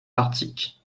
arctique